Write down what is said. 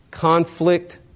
Conflict